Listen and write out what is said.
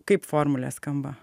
kaip formulė skamba